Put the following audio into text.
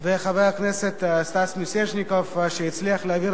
חבר הכנסת סטס מיסז'ניקוב הצליח להעביר